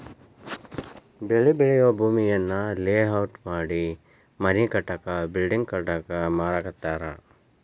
ಬೆಳಿ ಬೆಳಿಯೂ ಭೂಮಿಯನ್ನ ಲೇಔಟ್ ಮಾಡಿ ಮನಿ ಕಟ್ಟಾಕ ಬಿಲ್ಡಿಂಗ್ ಕಟ್ಟಾಕ ಮಾರಾಕತ್ತಾರ